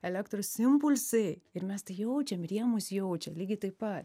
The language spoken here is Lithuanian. elektros impulsai ir mes tai jaučiam ir jie mūsų jaučia lygiai taip pat